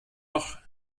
noch